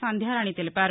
సంధ్యారాణి తెలిపారు